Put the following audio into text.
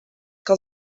que